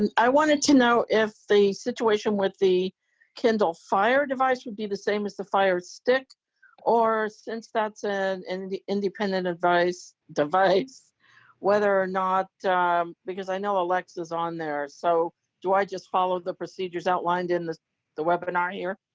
and i wanted to know if the situation with the kindle fire device would be the same as the fire stick or since that's and and an independent device device whether or not because i know alexa is on there so do i just follow the procedures outlined in the the webinar here?